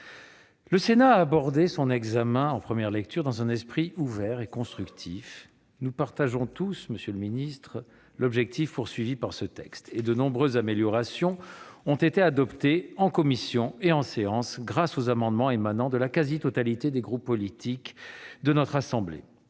l'examen de ce texte en première lecture dans un esprit ouvert et constructif ; nous partageons tous, monsieur le secrétaire d'État, l'objectif poursuivi, et de nombreuses améliorations ont été adoptées en commission et en séance grâce aux amendements émanant de la quasi-totalité des groupes politiques de notre assemblée.